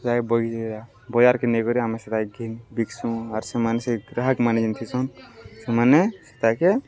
ସେତାକେ ବଗି ବଜାରକେ ନେଇେକରି ଆମେ ସେଟାକ ଘି ବିକ୍ସୁଁ ଆର୍ ସେମାନେ ସେଇ ଗ୍ରାହକମାନେେ ଯେମିଥିସନ୍ ସେମାନେ ସେତାକେ